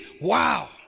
wow